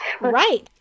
right